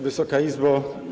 Wysoka Izbo!